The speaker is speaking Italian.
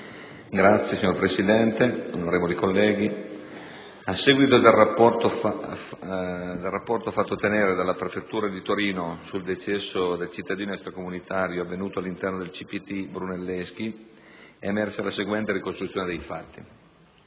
Signora Presidente, onorevoli colleghi, a seguito del rapporto fatto tenere dalla prefettura di Torino sul decesso del cittadino extracomunitario avvenuto all'interno del CPT Brunelleschi è emersa la seguente ricostruzione dei fatti.